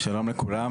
שלום לכולם.